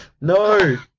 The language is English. No